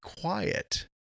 quiet